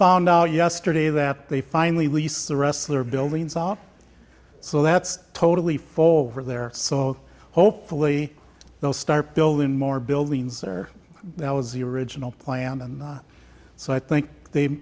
found out yesterday that they finally lease the wrestler buildings off so that's totally fall over there so hopefully they'll start building more buildings or that was the original plan and so i think they